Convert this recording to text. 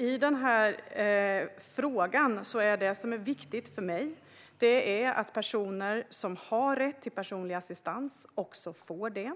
I denna fråga är det viktiga för mig att personer som har rätt till personlig assistans också får det.